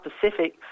Pacific